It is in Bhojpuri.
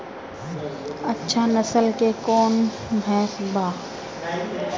अच्छा नस्ल के कौन भैंस बा?